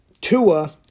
Tua